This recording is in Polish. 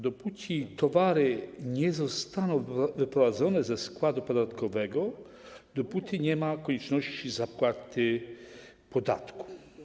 Dopóki towary nie zostaną wyprowadzone ze składu podatkowego, dopóty nie ma konieczności zapłaty podatku.